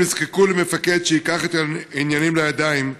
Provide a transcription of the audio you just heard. הם נזקקו למפקד שייקח את העניינים לידיים,